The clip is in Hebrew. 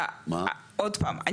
עוד פעם,